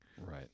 Right